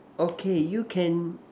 okay you can